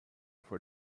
for